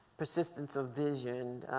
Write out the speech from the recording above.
persistence of vision,